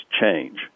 change